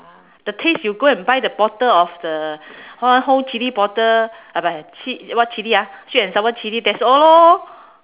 the taste you go and buy the bottle of the uh whole chilli bottle buy chi~ what chilli ah sweet and sour chilli that's all lor